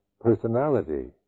Personality